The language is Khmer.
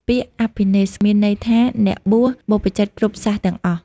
ពាក្យអភិនេស្ក្រម៍មានន័យថា អ្នកបួស បព្វជិតគ្រប់សាសនាទាំងអស់។